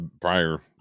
prior